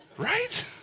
Right